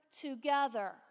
together